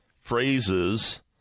phrases